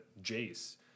Jace